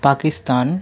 Pakistan